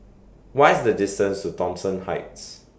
What IS The distance to Thomson Heights